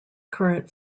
current